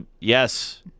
Yes